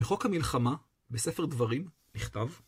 בחוק המלחמה, בספר דברים, נכתב